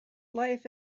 life